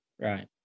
Right